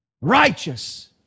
Righteous